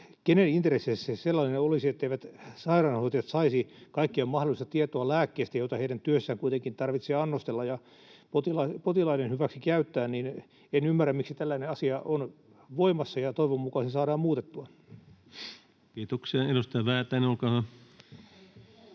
Kenen intresseissä se sellainen olisi, etteivät sairaanhoitajat saisi kaikkea mahdollista tietoa lääkkeistä, joita heidän työssään kuitenkin tarvitsee annostella ja potilaiden hyväksi käyttää. En ymmärrä, miksi tällainen asia on voimassa, ja toivon mukaan se saadaan muutettua. Kiitoksia. — Edustaja Väätäinen, olkaa hyvä.